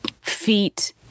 feet